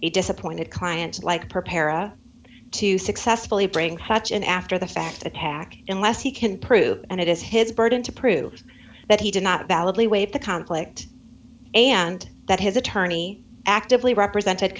a disappointed clients like preparing to successfully bring hutch in after the fact attack unless he can prove and it is his burden to prove that he did not validly waive the conflict and that his attorney actively represented